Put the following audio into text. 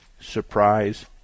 Surprise